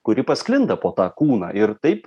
kuri pasklinda po tą kūną ir taip